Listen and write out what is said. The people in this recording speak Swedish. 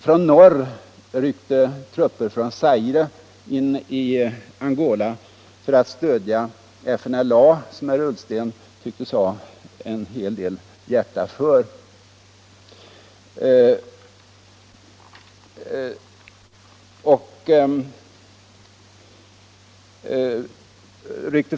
I norr ryckte reguljära trupper från Zaire ganska långt in i Angola för att stödja FNLA, som herr Ullsten tycktes ha en hel del hjärta för.